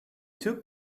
took